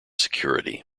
security